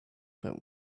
but